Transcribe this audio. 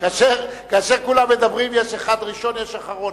כאשר כולם מדברים יש אחד ראשון ויש אחרון,